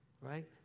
right